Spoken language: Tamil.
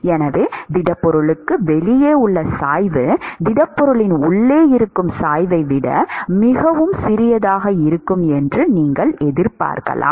எனவே திடப்பொருளுக்கு வெளியே உள்ள சாய்வு திடப்பொருளின் உள்ளே இருக்கும் சாய்வை விட மிகவும் சிறியதாக இருக்கும் என்று நீங்கள் எதிர்பார்க்கலாம்